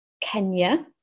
Kenya